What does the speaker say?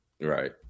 Right